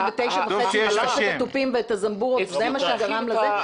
בתשע וחצי להפסיק את התופים ואת הזמבורות זה מה שגרם לזה?